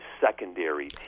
secondary